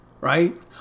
Right